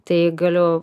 tai galiu